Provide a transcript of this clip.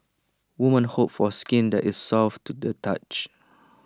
women hope for skin that is soft to the touch